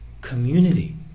community